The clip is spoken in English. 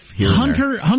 Hunter